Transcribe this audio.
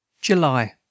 July